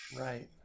Right